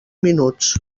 minuts